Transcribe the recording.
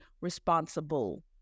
responsible